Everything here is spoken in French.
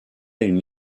une